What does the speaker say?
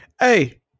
Hey